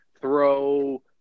Throw –